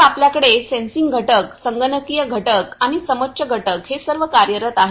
तर आपल्याकडे सेन्सिंग घटक संगणकीय घटक आणि समोच्च घटक हे सर्व कार्यरत आहेत